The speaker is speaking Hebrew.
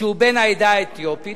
שהוא בן העדה האתיופית,